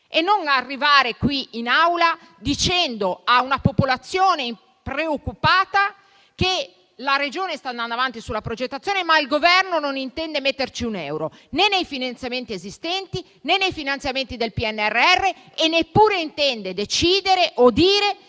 deve arrivare qui in Aula a dire a una popolazione preoccupata che la Regione sta andando avanti sulla progettazione, ma che il Governo non intende mettere un euro né nei finanziamenti esistenti né in quelli del PNRR, e neppure intende decidere o dire